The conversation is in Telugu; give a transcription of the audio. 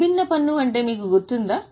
విభిన్న పన్ను అంటే మీకు గుర్తుందా